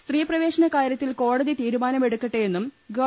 സ്ത്രീ പ്രവേശന കാരൃത്തിൽ കോടതി തീരുമാനമെടുക്കട്ടെയെന്നും ഗവ